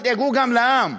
תדאגו גם לעם.